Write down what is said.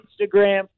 Instagram